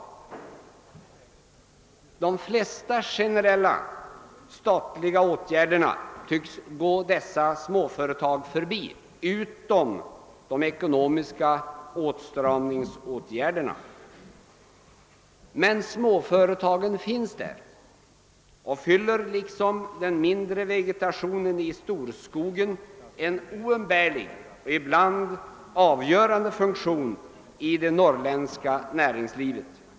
De flesta generella statliga åtgärderna tycks gå dessa småföretag förbi, utom de ekonomiska åtstramningsåtgärderna. Men småföretagen finns där och fyller liksom den mindre vegetationen i storskogen en oumbärlig och ibland avgörande funktion i det norrländska näringslivet.